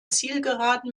zielgeraden